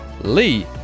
Lee